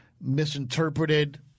misinterpreted